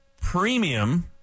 premium